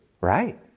Right